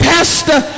Pastor